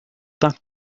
that